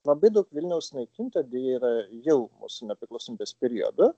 labai daug vilniaus sunaikinta deja yra jau mūsų nepriklausomybės periodu